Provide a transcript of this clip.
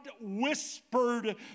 whispered